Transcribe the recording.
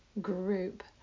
group